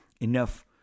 enough